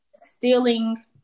Stealing